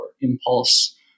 impulse